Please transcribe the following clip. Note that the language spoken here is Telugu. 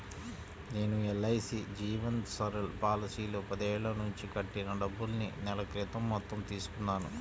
నేను ఎల్.ఐ.సీ జీవన్ సరల్ పాలసీలో పదేళ్ళ నుంచి కట్టిన డబ్బుల్ని నెల క్రితం మొత్తం తీసుకున్నాను